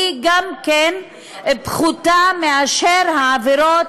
היא פחותה מהעבירות,